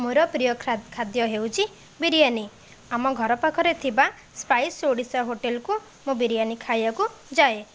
ମୋର ପ୍ରିୟ ଖାଦ୍ୟ ହେଉଛି ବିରିୟାନୀ ଆମ ଘର ପାଖରେ ଥିବା ସ୍ପାଇସ ଓଡ଼ିଶା ହୋଟେଲକୁ ମୁଁ ବିରିୟାନୀ ଖାଇବାକୁ ଯାଏ